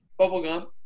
Bubblegum